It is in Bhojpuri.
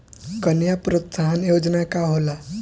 कन्या प्रोत्साहन योजना का होला?